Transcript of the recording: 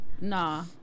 Nah